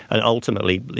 and ultimately,